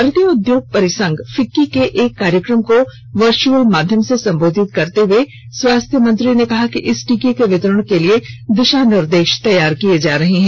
भारतीय उद्योग परिसंघ फिंक्की के एक कार्यक्रम को वर्चुअल माध्यम से संबोधित करते हुए स्वास्थ्य मंत्री ने कहा कि इस टीके के वितरण के लिए दिशा निर्देश तैयार किए जा रहे हैं